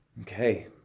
okay